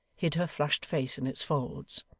hid her flushed face in its folds.